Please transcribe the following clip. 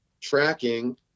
tracking